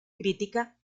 crítica